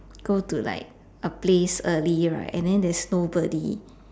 go to like a place early right and then there's nobody